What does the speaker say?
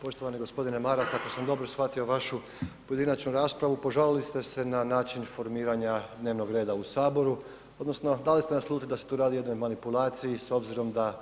Poštovani g. Maras, ako sam dobro shvatio vašu pojedinačnu raspravu, požalili ste se na način formiranja dnevnog reda u Saboru odnosno dali ste naslutiti da se tu radi o jednoj manipulaciji s obzirom da